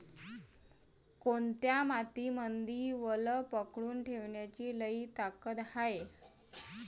कोनत्या मातीमंदी वल पकडून ठेवण्याची लई ताकद हाये?